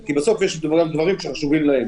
כי בסוף יש גם דברים שחשובים להם.